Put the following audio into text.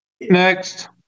Next